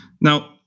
Now